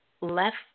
left